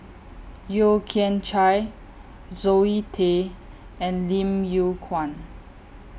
Yeo Kian Chai Zoe Tay and Lim Yew Kuan